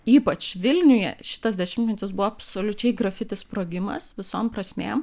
ypač vilniuje šitas dešimtmetis buvo absoliučiai grafiti sprogimas visom prasmėm